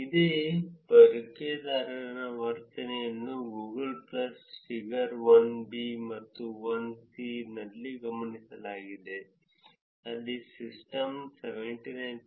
ಅದೇ ಬಳಕೆದಾರರ ವರ್ತನೆಯನ್ನು ಗೂಗಲ್ ಪ್ಲಸ್ ಫಿಗರ್ 1ಬಿ ಮತ್ತು ಫಿಗರ್ 1ಸಿ ನಲ್ಲಿ ಗಮನಿಸಲಾಗಿದೆ ಅಲ್ಲಿ ಸಿಸ್ಟಮ್ 79